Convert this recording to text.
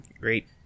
Great